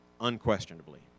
Unquestionably